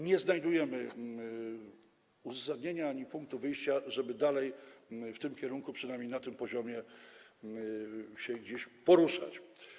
Nie znajdujemy uzasadnienia ani punktu wyjścia, żeby dalej w tym kierunku, przynajmniej na tym poziomie, się poruszać.